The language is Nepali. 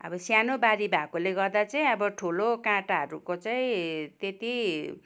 अब सानो बारी भएकोले गर्दा चाहिँ अब ठुलो काँटाहरूको चाहिँ त्यति